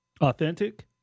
authentic